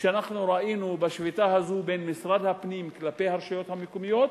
שאנחנו ראינו בשביתה הזו בין משרד הפנים כלפי הרשויות המקומיות